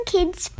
Kids